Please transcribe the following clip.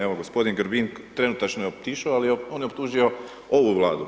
Evo, gospodin Grbin trenutačno je otišao, ali on je optužio ovu Vladu.